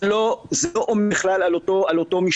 זה לא בכלל על אותו מישור.